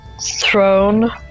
Throne